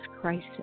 crisis